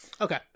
Okay